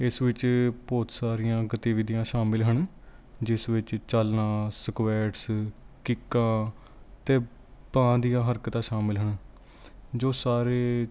ਇਸ ਵਿੱਚ ਬਹੁਤ ਸਾਰੀਆਂ ਗਤੀਵਿਧੀਆਂ ਸ਼ਾਮਿਲ ਹਨ ਜਿਸ ਵਿੱਚ ਚਾਲਾਂ ਸਕੁਐਡਸ ਕਿੱਕਾ ਅਤੇ ਪਾਂ ਦੀਆਂ ਹਰਕਤਾਂ ਸ਼ਾਮਿਲ ਹਨ ਜੋ ਸਾਰੇ